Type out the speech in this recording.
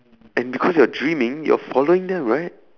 and because you're dreaming you're following them right